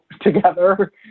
together